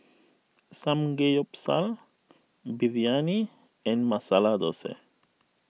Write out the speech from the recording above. Samgeyopsal Biryani and Masala Dosa